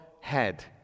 head